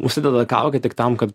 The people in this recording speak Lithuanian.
užsideda kaukę tik tam kad